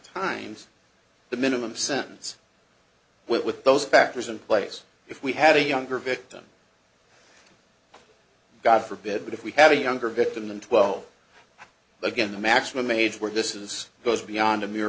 times the minimum sentence with those factors in place if we had a younger victim god forbid but if we have a younger victim than twelve again the maximum age where this is goes beyond a m